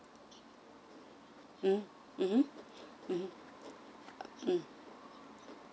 mm mmhmm mm